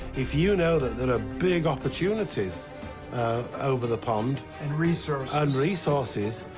if you know that there are big opportunities over the pond. and resources. and resources,